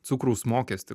cukraus mokestį